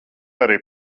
arī